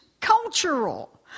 cultural